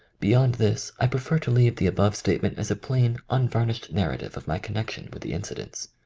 beyond this i prefer to leave the above statement as a plain, unvarnished narrative of my connec tion with the incidents.